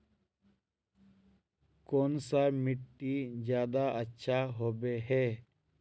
कौन सा मिट्टी ज्यादा अच्छा होबे है?